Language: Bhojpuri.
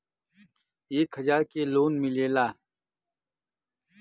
एक हजार के लोन मिलेला?